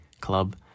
Club